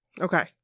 okay